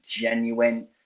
genuine